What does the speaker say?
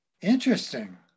Interesting